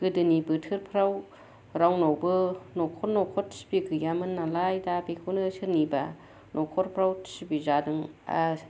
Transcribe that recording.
गोदोनि बोथोरफ्राव रावनावबो न'खर न'खर टिभि गैयामोन नालाय दा बेखौनो सोरनिबा न'खरफ्राव टिभि जादोंब्ला